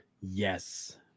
Yes